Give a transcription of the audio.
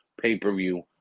pay-per-view